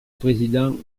président